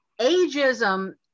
ageism